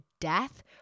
death